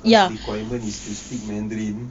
cause requirement is to speak mandarin